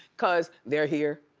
cause they're here.